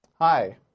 hi